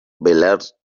velar